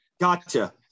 Gotcha